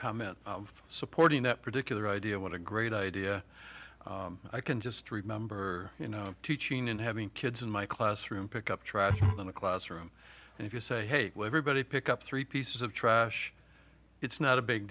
comment supporting that particular idea what a great idea i can just remember you know teaching and having kids in my classroom pick up trash in the classroom and if you say hate with everybody pick up three pieces of trash it's not a big